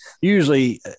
usually